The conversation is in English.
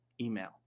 email